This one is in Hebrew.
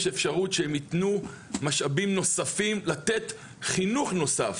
אפשרות שהם ייתנו משאבים נוספים לתת חינוך נוסף,